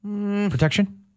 protection